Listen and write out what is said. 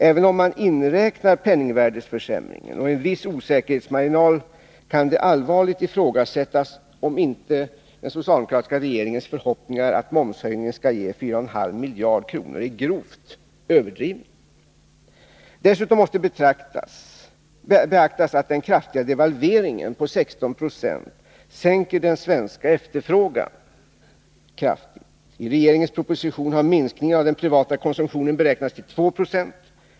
Även om man inräknar penningvärdeförändringen och en viss osäkerhetsmarginal, kan det allvarligt ifrågasättas om inte den socialdemokratiska regeringens förhoppningar, att momshöjningen skall ge 4,5 miljarder kronor, är grovt överdrivna. Dessutom måste beaktas att den stora devalveringen på 16 90 kraftigt sänker efterfrågan på svenska varor. I regeringens proposition har minskningen av den privata konsumtionen beräknats till 2 20.